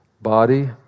body